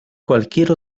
cualquier